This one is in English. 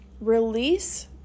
release